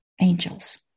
angels